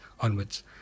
onwards